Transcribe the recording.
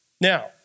Now